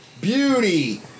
Beauty